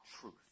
truth